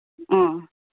ᱚ